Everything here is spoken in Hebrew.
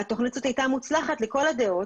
והתוכנית הזאת הייתה מוצלחת לכל הדעות,